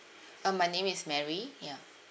uh my name is mary ya